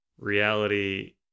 Reality